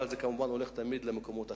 אבל זה כמובן הולך תמיד למקומות אחרים,